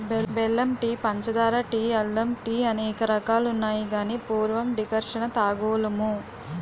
బెల్లం టీ పంచదార టీ అల్లం టీఅనేక రకాలున్నాయి గాని పూర్వం డికర్షణ తాగోలుము